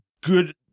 good